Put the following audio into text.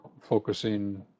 focusing